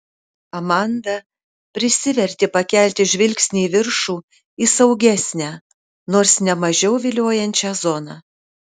amanda prisivertė pakelti žvilgsnį į viršų į saugesnę nors ne mažiau viliojančią zoną